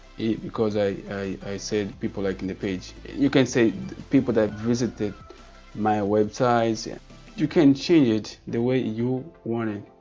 because i i said people liking the page you can say people that visited my website yeah you can change it the way you want it,